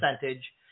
percentage